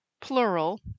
plural